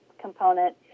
component